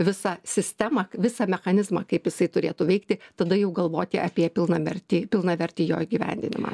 visą sistemą visą mechanizmą kaip jisai turėtų veikti tada jau galvoti apie pilnavertį pilnavertį jo įgyvendinimą